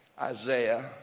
Isaiah